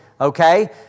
okay